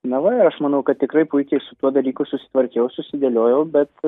na va ir aš manau kad tikrai puikiai su tuo dalykus susitvarkiau susidėliojau bet